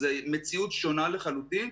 זו מציאות שונה לחלוטין.